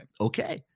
Okay